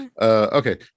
Okay